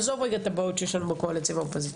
עזוב רגע את הבעיות שיש לנו בקואליציה ובאופוזיציה.